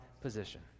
position